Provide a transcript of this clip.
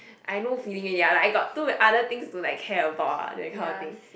I no feeling already like I got too many other things to like care about ah that kind of thing